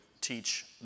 teach